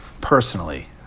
personally